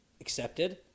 accepted